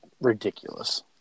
ridiculous